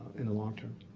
in the long term.